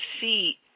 see